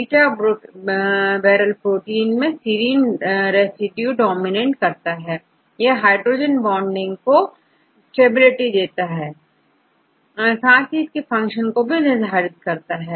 beta barrel protein में SERINE residue dominant होता है या हाइड्रोजन बॉन्डिंग कर स्टेबिलिटी देता है साथ ही इसके फंक्शन को भी निर्धारित करता है